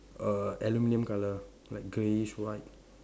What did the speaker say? err aluminium colour like greyish white